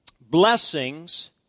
blessings